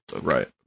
Right